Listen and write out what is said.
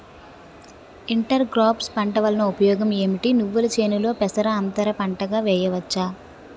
Inter crops పంట వలన ఉపయోగం ఏమిటి? నువ్వుల చేనులో పెసరను అంతర పంటగా వేయవచ్చా?